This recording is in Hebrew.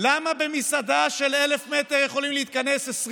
למה במסעדה של 1,000 מטר יכולים להתכנס 20